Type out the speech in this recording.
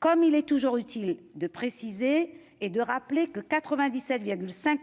comme il est toujours utile de préciser et de rappeler que 97,5